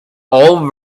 all